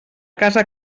casa